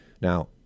Now